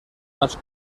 más